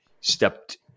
stepped